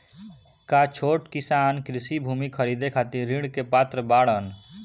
का छोट किसान कृषि भूमि खरीदे खातिर ऋण के पात्र बाडन?